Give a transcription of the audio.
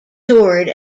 toured